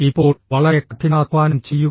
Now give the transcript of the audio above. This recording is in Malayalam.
ഇപ്പോൾ വളരെ കഠിനാധ്വാനം ചെയ്യുക